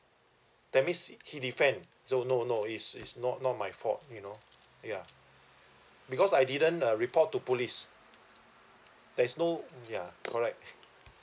that means he defend so no no it's it's not not my fault you know yeah because I didn't uh report to police there is no yeah correct